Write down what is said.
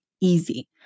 easy